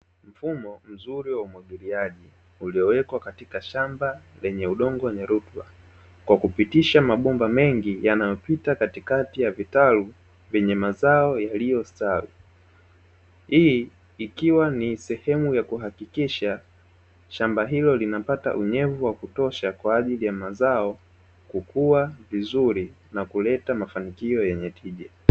Mfumo mzuri wa umwagiliaji uliowekwa katika shamba lenye udongo wenye rutuba, kwa kupitisha mabomba mengi yanayopita katikati ya vitalu vyenye mazao yaliyostawi, hii ikiwa ni sehemu ya kuhakikisha shamba hilo linapata unyevu wa kutosha kwa ajili ya mazao kukiwa vizuri na kuleta mafanikio yenye tija.